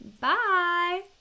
Bye